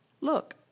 Look